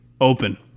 open